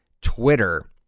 Twitter